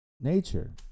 nature